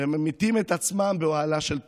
והם ממיתים את עצמם באוהלה של תורה.